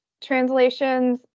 translations